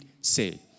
say